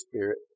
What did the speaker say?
Spirit